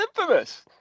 infamous